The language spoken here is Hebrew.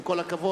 עם כל הכבוד,